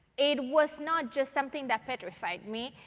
it was not just something that petrified me.